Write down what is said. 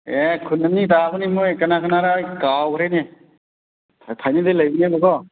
ꯑꯦ ꯈꯨꯟ ꯑꯅꯤ ꯇꯥꯕꯅꯤ ꯃꯣꯏ ꯀꯅꯥ ꯀꯅꯥꯔ ꯀꯥꯎꯈ꯭ꯔꯦꯅꯦ ꯐꯥꯏꯅꯦꯜꯗꯤ ꯂꯩꯕꯅꯦꯕꯀꯣ